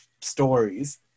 stories